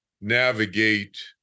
navigate